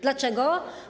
Dlaczego?